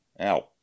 ow